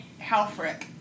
Halfrick